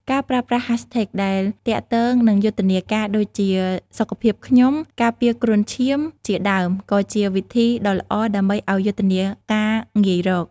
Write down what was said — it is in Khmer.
ការប្រើប្រាស់ Hashtag ដែលទាក់ទងនឹងយុទ្ធនាការដូចជា #សុខភាពខ្ញុំ #ការពារគ្រុនឈាម ជាដើមក៏ជាវិធីដ៏ល្អដើម្បីឲ្យយុទ្ធនាការងាយរក។